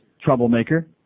troublemaker